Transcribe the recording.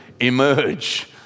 emerge